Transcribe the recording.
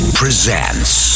presents